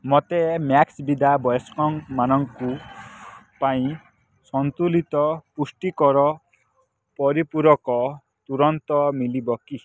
ମୋତେ ମ୍ୟାକ୍ସଭିଦା ବୟସ୍କମାନଙ୍କୁ ପାଇଁ ସନ୍ତୁଲିତ ପୁଷ୍ଟିକର ପରିପୂରକ ତୁରନ୍ତ ମିଲିବ କି